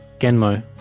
Genmo